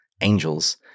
Angels